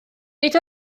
nid